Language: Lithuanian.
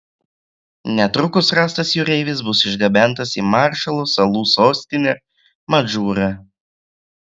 netrukus rastas jūreivis bus išgabentas į maršalo salų sostinę madžūrą